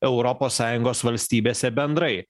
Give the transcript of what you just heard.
europos sąjungos valstybėse bendrai